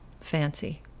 fancy